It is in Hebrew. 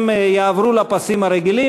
הם יעברו לפסים הרגילים.